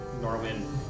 Norwin